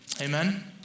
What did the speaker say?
Amen